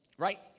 right